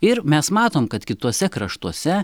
ir mes matom kad kituose kraštuose